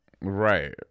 Right